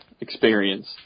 experience